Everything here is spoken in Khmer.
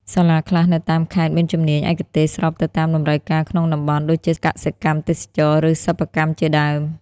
សាលាខ្លះនៅតាមខេត្តមានជំនាញឯកទេសស្របទៅតាមតម្រូវការក្នុងតំបន់ ដូចជាកសិកម្ម ទេសចរណ៍ ឬសិប្បកម្មជាដើម។